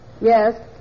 Yes